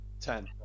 Ten